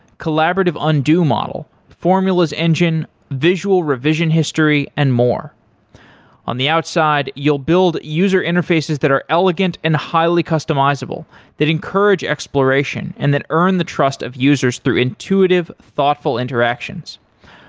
collaborative undo model, formulas engine, visual revision history and more on the outside, you'll build user interfaces that are elegant and highly customizable that encourage exploration and that earn the trust of users through intuitive thoughtful interactions.